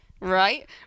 Right